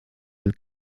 del